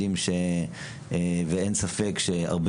אנחנו יודעים שברמת הממשלה יש הרבה